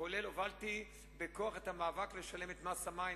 כולל זה שהובלתי בכוח את המאבק על תשלום מס המים,